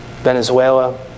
Venezuela